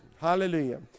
Hallelujah